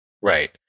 right